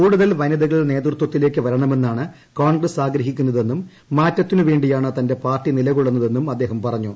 കൂടുതൽ വനിതകൾ നേതൃത്വത്തിലേക്ക് വരണമെന്നാണ് കോൺഗ്രസ് ആഗ്രഹിക്കുന്നതെന്നും മാറ്റത്തിനു വേ ിയാണ് തന്റെ പാർട്ടി നിലകൊള്ളുന്നതെന്നും അദ്ദേഹം പറഞ്ഞു